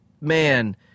Man